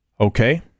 Okay